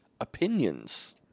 Opinions